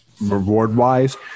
reward-wise